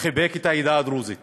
חיבק את העדה הדרוזית